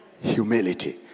Humility